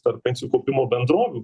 tarp pensijų kaupimo bendrovių